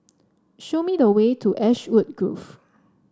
show me the way to Ashwood Grove